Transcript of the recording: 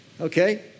okay